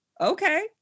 Okay